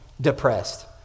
depressed